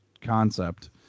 concept